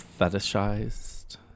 fetishized